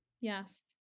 Yes